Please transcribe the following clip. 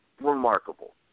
remarkable